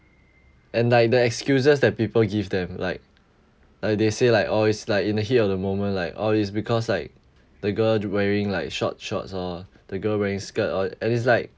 and like the excuses that people give them like like they say like oh it's like in the heat of the moment like oh it's because like the girl wearing like short shorts or the girl wearing skirt or and it's like